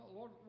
Lord